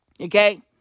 Okay